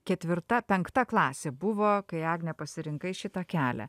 ketvirta penkta klasė buvo kai agne pasirinkai šitą kelią